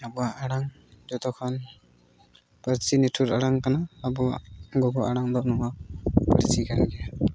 ᱟᱵᱚᱣᱟᱜ ᱟᱲᱟᱝ ᱡᱚᱛᱚ ᱠᱷᱚᱱ ᱯᱟᱹᱨᱥᱤ ᱞᱤᱴᱷᱩᱨ ᱟᱲᱟᱝ ᱠᱟᱱᱟ ᱟᱵᱚᱣᱟᱜ ᱜᱚᱜᱚ ᱟᱲᱟᱝ ᱫᱚ ᱱᱚᱣᱟ ᱯᱟᱹᱨᱥᱤ ᱠᱟᱱ ᱜᱮᱭᱟ